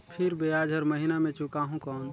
फिर ब्याज हर महीना मे चुकाहू कौन?